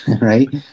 right